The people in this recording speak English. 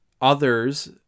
others